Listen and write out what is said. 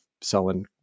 selling